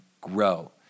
grow